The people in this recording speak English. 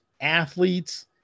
athletes